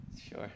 Sure